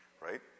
right